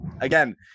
again